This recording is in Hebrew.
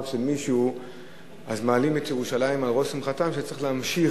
של מישהו מעלים את ירושלים על ראש שמחתם כשצריך להמשיך